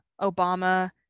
Obama